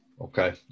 Okay